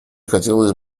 хотелось